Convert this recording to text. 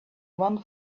one